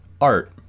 art